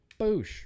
Boosh